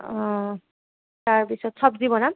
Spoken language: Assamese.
অঁ তাৰ পিছত চব্জি বনাম